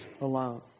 alone